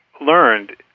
learned